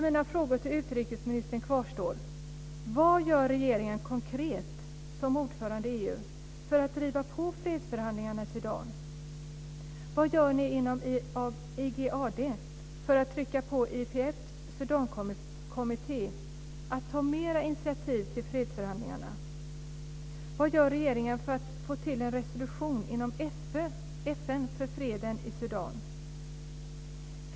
Mina frågor till utrikesministern kvarstår: Vad gör regeringen konkret som ordförande i EU för att driva på fredsförhandlingarna i Sudan? Vad gör ni inom Sudan?